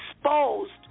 exposed